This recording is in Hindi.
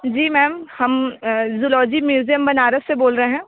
जी मैम हम ज़ूलोजी म्यूज़ियम बनारस से बोल रहे हैं